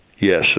Yes